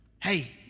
Hey